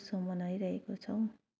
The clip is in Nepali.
उत्सव मनाइरहेको छौँ